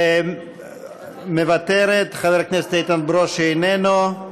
היא מוותרת, חבר הכנסת איתן ברושי, אינו נוכח,